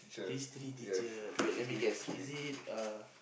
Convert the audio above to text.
history teacher wait let me guess is it uh